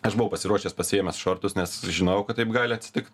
aš buvau pasiruošęs pasiėmęs šortus nes žinojau kad taip gali atsitik